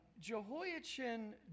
Jehoiachin